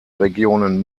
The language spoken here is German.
regionen